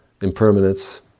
Impermanence